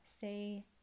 say